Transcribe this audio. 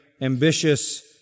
ambitious